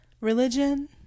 religion